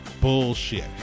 bullshit